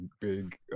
big